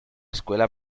escuela